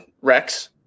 Rex